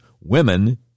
women